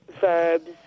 verbs